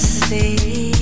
see